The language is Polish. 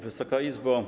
Wysoka Izbo!